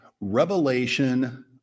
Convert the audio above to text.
Revelation